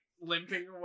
limping